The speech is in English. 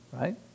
right